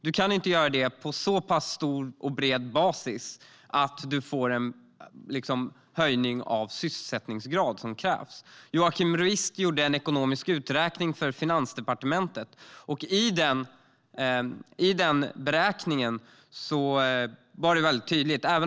Du kan inte göra det på så pass stor och bred basis att du får den höjning av sysselsättningsgrad som krävs. Joakim Ruist gjorde en ekonomisk uträkning för Finansdepartementet. I den beräkningen var det väldigt tydligt.